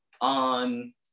on